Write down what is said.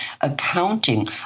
accounting